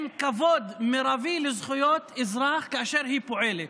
עם כבוד מרבי לזכויות אזרח כאשר היא פועלת.